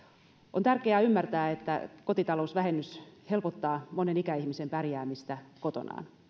on tärkeää ymmärtää että kotitalousvähennys helpottaa monen ikäihmisen pärjäämistä kotonaan